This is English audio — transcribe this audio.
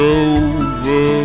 over